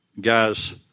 guys